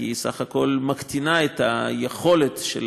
כי בסך הכול היא מקטינה את היכולת של